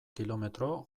kilometro